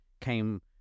came